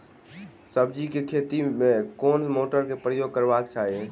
सब्जी केँ खेती मे केँ मोटर केँ प्रयोग करबाक चाहि?